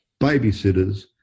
babysitters